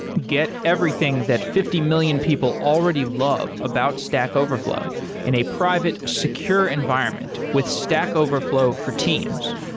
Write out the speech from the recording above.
get everything that fifty million people already love about stack overflow in a private security environment with stack overflow for teams.